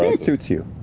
it suits you.